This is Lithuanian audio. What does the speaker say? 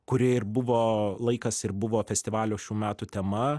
kuri ir buvo laikas ir buvo festivalio šių metų tema